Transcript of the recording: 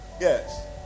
Yes